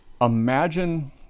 imagine